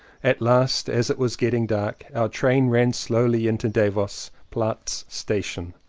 at last, as it was getting dark, our train ran slowly into davos platz station.